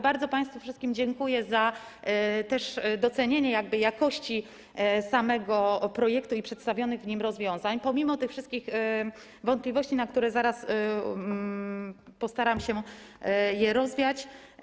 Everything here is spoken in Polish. Bardzo państwu wszystkim też dziękuję za docenienie jakości samego projektu i przedstawionych w nim rozwiązań, pomimo tych wszystkich wątpliwości, które zaraz postaram się rozwiać.